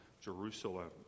Jerusalem